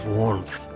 warmth